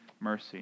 mercy